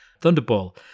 Thunderball